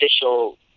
official